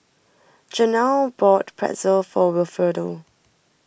Jenelle bought Pretzel for Wilfredo